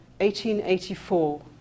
1884